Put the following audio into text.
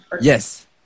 Yes